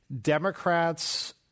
Democrats